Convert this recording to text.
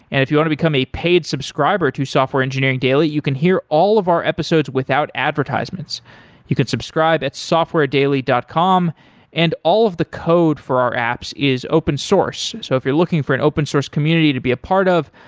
and if you want to become a paid subscriber to software engineering daily, you can hear all of our episodes without advertisements you could subscribe at softwaredaily dot com and all of the code for our apps is open source. so if you're looking for an open source community to be a part of,